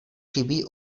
chybí